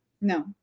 No